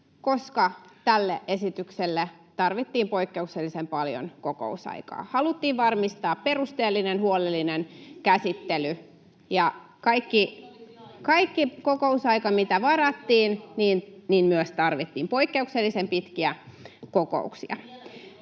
koska tälle esitykselle tarvittiin poikkeuksellisen paljon kokousaikaa. Haluttiin varmistaa perusteellinen, huolellinen käsittely, ja kaikki kokousaika, mitä varattiin, myös tarvittiin. [Suna Kymäläinen: Vieläkin olisi